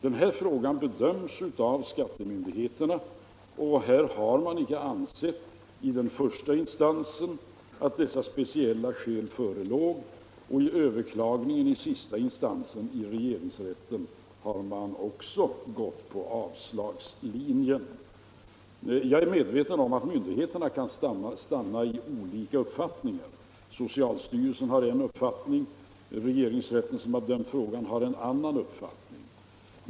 Den nu aktuella frågan har bedömts av skattemyndigheterna, och de har i första instansen icke ansett att sådana speciella skäl förelåg som krävs för extra avdrag. I överklagandet i sista instansen i regeringsrätten har man också följt avslagslinjen. Jag är medveten om att myndigheterna kan stanna vid olika uppfattningar. Socialstyrelsen har en uppfattning medan regeringsrätten, som dömt i frågan, har en annan uppfattning.